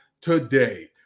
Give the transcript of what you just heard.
today